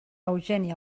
eugeni